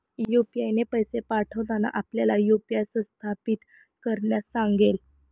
UPI ने पैसे पाठवताना आपल्याला यू.पी.आय सत्यापित करण्यास सांगेल